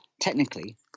technically